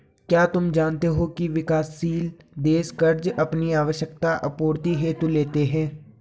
क्या तुम जानते हो की विकासशील देश कर्ज़ अपनी आवश्यकता आपूर्ति हेतु लेते हैं?